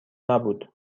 نبود